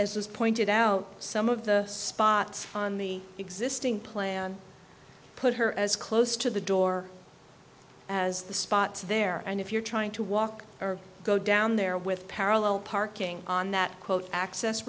was pointed out some of the spots on the existing plan put her as close to the door as the spots there and if you're trying to walk or go down there with parallel parking on that quote access